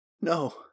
No